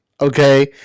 Okay